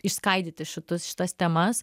išskaidyti šitus šitas temas